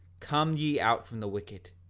come ye out from the wicked,